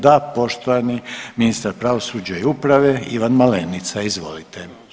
Da, poštovani ministar pravosuđa i uprave, Ivan Malenica, izvolite.